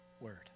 word